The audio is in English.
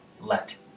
Let